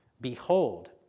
Behold